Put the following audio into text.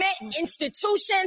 institutions